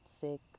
sick